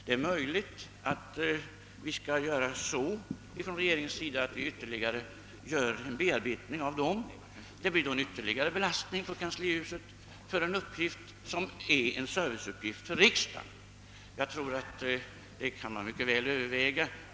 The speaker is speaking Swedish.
Det är möjligt att regeringen skall göra ännu en bearbetning av dem. Det blir då en ytterligare belastning på kanslihuset genom vad som är en serviceuppgift för riksdagen. Man kan mycket väl överväga detta.